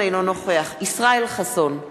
אינו נוכח ישראל חסון,